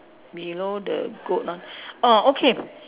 below the goat ah orh okay